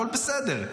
הכול בסדר.